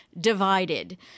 divided